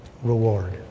reward